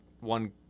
one